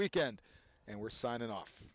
weekend and we're signing off